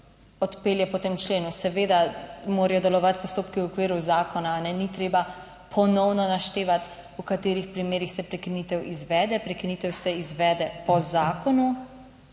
odpelje po tem členu. Seveda morajo delovati postopki v okviru zakona, a ne, treba ponovno naštevati, v katerih primerih se prekinitev izvede. Prekinitev se izvede po zakonu,